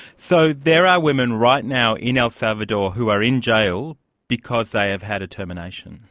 so there are women right now in el salvador who are in jail because they have had a termination?